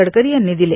गडकरी यांनी दिले